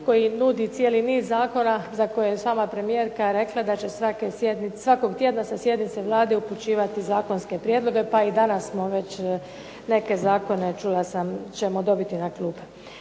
koji nudi cijeli niz zakona za koje sama premijerka rekla da će svakog tjedna sa sjednice Vlade upućivati zakonske prijedloge, pa i danas samo neke zakone čula da ćemo dobiti na klupe.